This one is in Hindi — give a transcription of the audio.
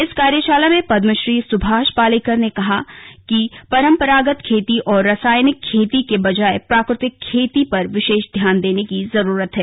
इस कार्यशाला में पद्मश्री सुभाष पालेकर ने कहा कि परम्परागत खेती और रासायनिक खेती के बजाय प्राकृतिक खेती पर विशेष ध्यान देने की जरूरत है